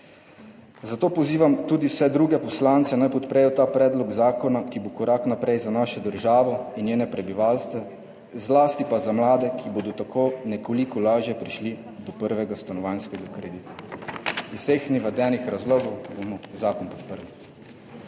Zato pozivam tudi vse druge poslance, naj podprejo ta predlog zakona, ki bo korak naprej za našo državo in njene prebivalce, zlasti pa za mlade, ki bodo tako nekoliko lažje prišli do prvega stanovanjskega kredita. Iz vseh navedenih razlogov bomo zakon podprli.